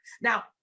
now